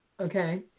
Okay